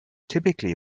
typically